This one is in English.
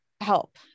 help